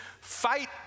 fight